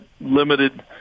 limited